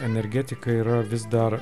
energetika yra vis dar